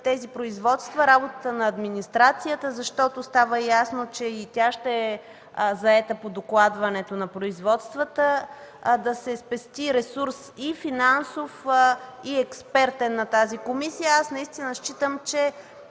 по производствата и работата на администрацията, защото става ясно, че и тя ще е заета по докладването на производствата, да се спести финансов и експертен ресурс на тази комисия. Аз не считам, че